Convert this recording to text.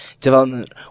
development